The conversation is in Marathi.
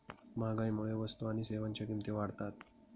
महागाईमुळे वस्तू आणि सेवांच्या किमती वाढतात